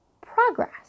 progress